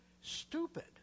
stupid